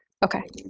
ok.